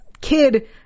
kid